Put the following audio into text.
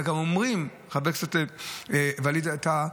חבר הכנסת ואליד טאהא,